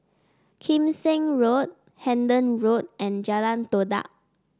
Kim Seng Road Hendon Road and Jalan Todak